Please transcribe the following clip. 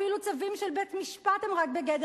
אפילו צווים של בית-משפט הם רק בגדר